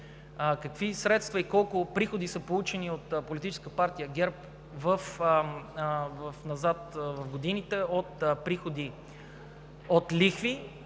какви средства и колко приходи са получени от Политическа партия ГЕРБ назад в годините от лихви по приходи,